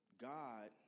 God